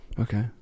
okay